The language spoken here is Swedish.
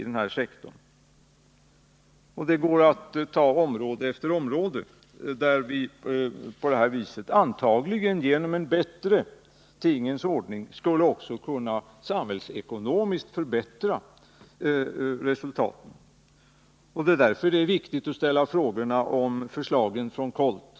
Det går att ta område efter område, där vi på det här viset genom en bättre tingens ordning antagligen också skulle kunna förbättra det samhällsekonomiska resultatet. Därför är det också viktigt att ställa frågorna om förslagen från KOLT.